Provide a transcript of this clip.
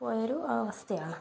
പോയൊരു അവസ്ഥയാണ്